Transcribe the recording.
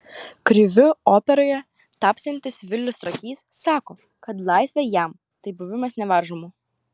kriviu operoje tapsiantis vilius trakys sako kad laisvė jam tai buvimas nevaržomu